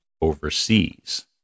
overseas